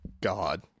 God